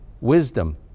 wisdom